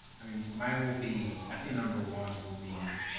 i mean, mine will be, i think, number one will be,